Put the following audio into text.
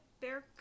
bear